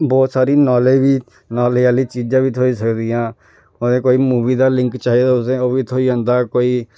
बहोत सारी knowledge knowledge आह्ली चीजां बी थ्होई सकदियां अगर कोई मूवी दा लिंक चाहिदा तुसेंगी ओह् बी थ्होई आना कोई